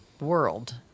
world